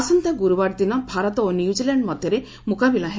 ଆସନ୍ତା ଗୁରୁବାର ଦିନ ଭାରତ ଓ ନ୍ୟୁଜିଲାଣ୍ଡ୍ ମଧ୍ୟରେ ମୁକାବିଲା ହେବ